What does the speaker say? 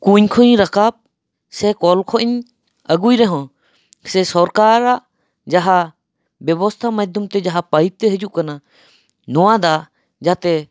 ᱠᱩᱧ ᱠᱷᱚᱡ ᱤᱧ ᱨᱟᱠᱟᱯ ᱥᱮ ᱠᱚᱞ ᱠᱷᱚᱡ ᱤᱧ ᱟᱹᱜᱩᱭ ᱨᱮᱦᱚᱸ ᱥᱮ ᱥᱚᱨᱠᱟᱨᱟᱜ ᱡᱟᱦᱟᱸ ᱵᱮᱵᱚᱛᱷᱟ ᱢᱟᱫᱷᱚᱢ ᱛᱮ ᱡᱟᱦᱟᱸ ᱯᱟᱹᱭᱤᱵ ᱛᱮ ᱦᱤᱡᱩᱜ ᱠᱟᱱᱟ ᱱᱚᱣᱟ ᱫᱟᱜ ᱡᱟᱛᱮ